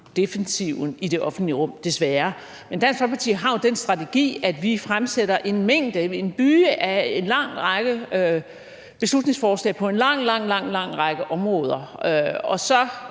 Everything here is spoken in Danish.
defensiven i det offentlige rum, desværre. Men Dansk Folkeparti har jo den strategi, at vi fremsætter en mængde, en byge af en lang række beslutningsforslag på en lang, lang række områder, og så